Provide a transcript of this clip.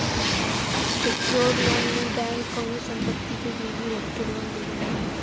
secured loan में bank कउनो संपत्ति के गिरवी रखके लोन देवला